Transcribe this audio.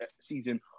season